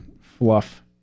fluff